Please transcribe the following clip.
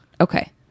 Okay